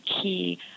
key